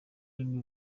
rimwe